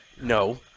No